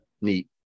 neat